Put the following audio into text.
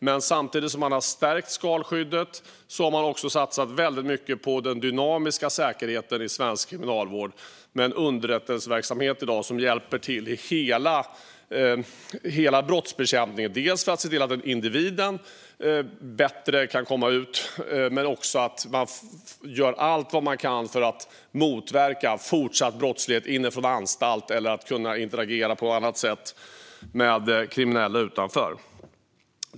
Men samtidigt som skalskyddet har stärkts har det också satsats väldigt mycket på den dynamiska säkerheten i svensk kriminalvård med en underrättelseverksamhet som i dag hjälper till i hela brottsbekämpningen, bland annat för att se till att individen kan komma ut bättre. Men allt som är möjligt görs också för att motverka att man ska kunna fortsätta brottsligheten inifrån anstalten eller kunna interagera på annat sätt med kriminella utanför.